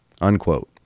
Unquote